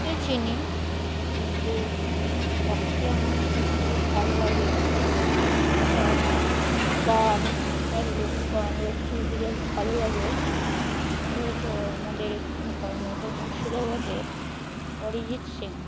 চিনি কিন্তু যাকে আমার সবথেকে ভালো লাগে যার গান তার লোকগান লোক শিল্পী যার ভালো লাগে সেটা হচ্ছে ও আমাদের এখানকার আমাদের মুর্শিদাবাদের অরিজিৎ সিং